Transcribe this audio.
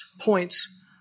points